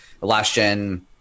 last-gen